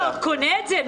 אתה עוד קונה את זה?